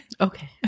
Okay